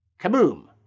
Kaboom